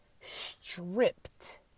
stripped